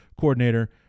coordinator